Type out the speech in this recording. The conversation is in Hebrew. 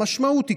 המשמעות היא,